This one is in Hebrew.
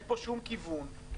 שום כיוון,